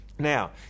Now